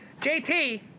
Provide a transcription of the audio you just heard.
JT